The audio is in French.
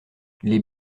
les